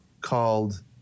called